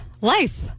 life